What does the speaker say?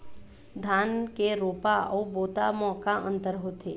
धन के रोपा अऊ बोता म का अंतर होथे?